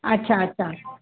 अच्छा अच्छा